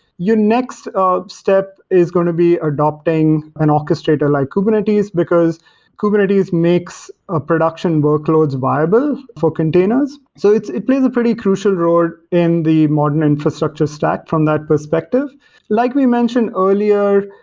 your next ah step is going to be adopting an orchestrator like kubernetes, because kubernetes makes ah production workloads viable for containers. so it plays a pretty crucial role in the modern infrastructure stack from that perspective like we mentioned earlier,